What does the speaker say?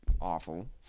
awful